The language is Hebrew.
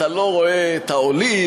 אתה לא רואה את העולים,